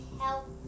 help